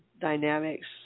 dynamics